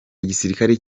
igisirikare